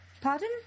Pardon